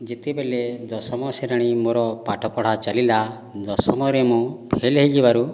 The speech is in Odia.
ଯେତେବେଳେ ଦଶମ ଶ୍ରେଣୀ ମୋର ପାଠପଢ଼ା ଚାଲିଲା ଦଶମରେ ମୁଁ ଫେଲ୍ ହୋଇଯିବାରୁ